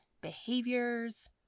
behaviors